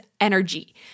energy